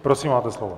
Prosím, máte slovo.